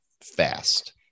fast